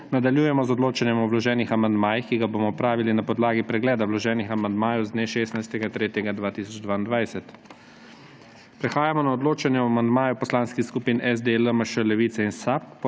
Nadaljujemo z odločanjem o vloženem amandmaju, ki ga bomo opravili na podlagi pregleda vloženega amandmaja z dne 16. 3. 2022. Torej prehajamo na odločanje o amandmaju poslanskih skupin SD, LMŠ, Levica in SAB